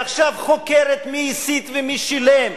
ועכשיו חוקרת מי הסית ומי שילם,